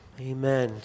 Amen